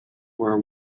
were